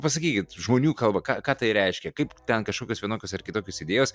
pasakykit žmonių kalba ką ką tai reiškia kaip ten kažkokios vienokios ar kitokios idėjos